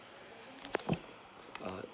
uh